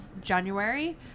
January